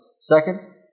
Second